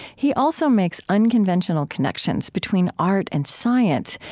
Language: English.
he also makes unconventional connections between art and science,